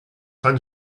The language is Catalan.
fan